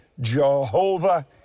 Jehovah